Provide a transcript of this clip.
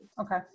Okay